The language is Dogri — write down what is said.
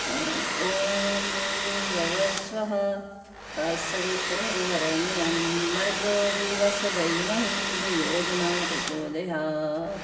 ॐ भूर्भुव स्व तत्सवितुर्वरेण्यं भर्गो देवस्य धीमहि धियो यो न प्रचोदयात्